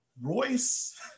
Royce